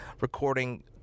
recording